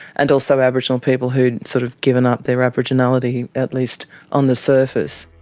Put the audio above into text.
and also aboriginal people who'd sort of given up their aboriginality, at least on the surface.